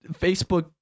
Facebook